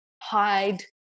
hide